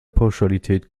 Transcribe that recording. pauschalität